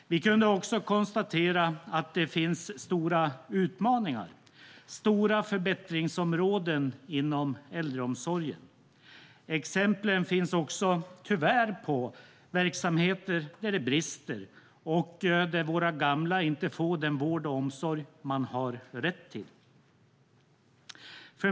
Vi kunde också konstatera att det finns stora utmaningar - stora förbättringsområden inom äldreomsorgen. Exemplen finns också tyvärr på verksamheter där det brister och där våra gamla inte får den vård och omsorg de har rätt till.